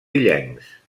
illencs